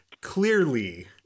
clearly